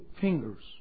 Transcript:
fingers